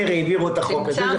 העבירו מהר את החוק הזה.